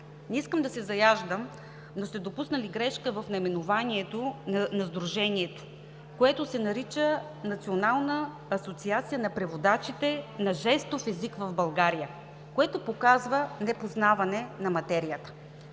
Не искам да се заяждам, но сте допуснали грешка в наименованието на сдружението, което се нарича „Национална асоциация на преводачите на жестов език в България“, което показва непознаване на материята.